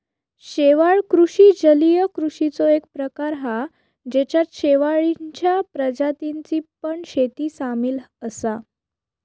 शेवाळ कृषि जलीय कृषिचो एक प्रकार हा जेच्यात शेवाळींच्या प्रजातींची पण शेती सामील असा